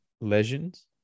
Legends